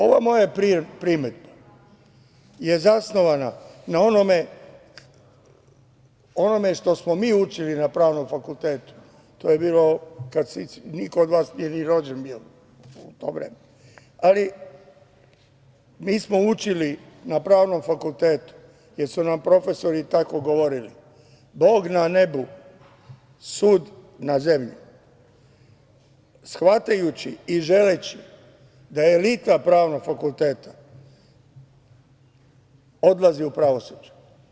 Ova moja primedba je zasnovana na onome što smo mi učili na Pravnom fakultetu, to je bilo kad niko od vas nije ni rođen bio u to vreme, ali mi smo učili na Pravnom fakultetu, jer su nam profesori tako govorili "Bog na nebu, sud na zemlji", shvatajući i želeći da elita Pravnog fakulteta odlazi u pravosuđe.